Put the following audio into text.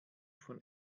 von